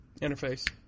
interface